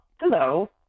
Hello